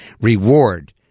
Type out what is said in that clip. reward